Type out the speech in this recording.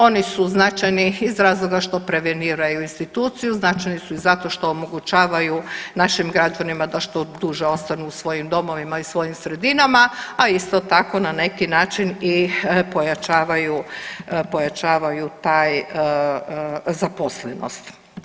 Oni su značajni iz razloga što preveniraju instituciju, značajni su i zato što omogućavaju našim građanima da što duže ostanu u svojim domovima i svojim sredinama, a isto tako na neki način i pojačavaju zaposlenost.